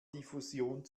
diffusion